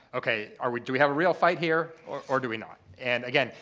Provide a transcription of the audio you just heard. ok, are we do we have a real fight here or or do we not? and again,